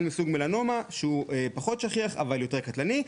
מסוג מלנומה שהוא פחות שכיח אבל יותר קטלני,